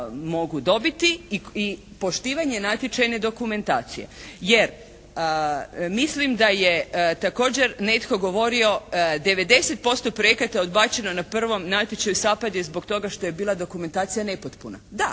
mogu dobiti i poštivanje natječajne dokumentacije. Jer mislim da je također netko govorio 90% projekata je odbačeno na prvom natječaju SAPARD zbog toga što je bila dokumentacija nepotpuna. Da.